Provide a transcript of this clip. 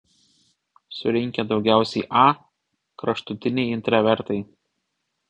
surinkę daugiausiai a kraštutiniai intravertai